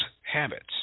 habits